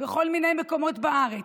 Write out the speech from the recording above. בכל מיני מקומות בארץ,